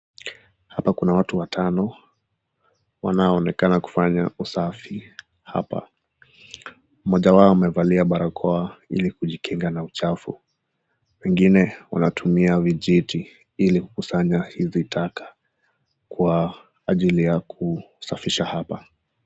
Hapa kuna watu watano, wanaonekana kufanya usafi hapa. Moja wao amevalia barakoa ili kujikinga na uchafu. Pengine wanatumia vijiti ili kukusanya hizi taka kwa ajili ya kusafisha hapa .